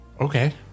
Okay